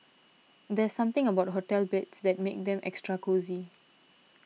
there's something about hotel beds that makes them extra cosy